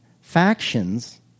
factions